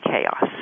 chaos